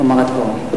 לומר את דברו.